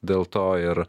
dėl to ir